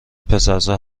پسرزا